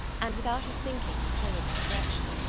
and, without his thinking, followed their direction.